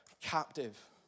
captive